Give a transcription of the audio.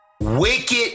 Wicked